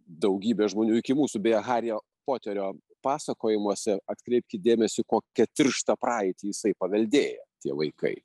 daugybė žmonių iki mūsų beje hario poterio pasakojimuose atkreipkit dėmesį kokią tirštą praeitį jisai paveldėja tie vaikai